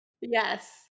Yes